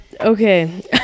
okay